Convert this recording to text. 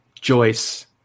Joyce